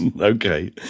okay